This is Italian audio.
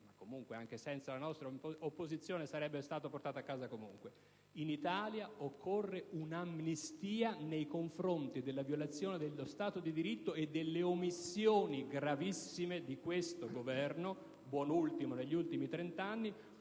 dell'UDC e anche senza la nostra opposizione, sarebbe stato comunque portato a casa. In Italia occorre un'amnistia nei confronti della violazione dello Stato di diritto e delle omissioni gravissime di questo Governo, buon ultimo, e di quelli degli ultimi trent'anni